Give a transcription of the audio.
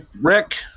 Rick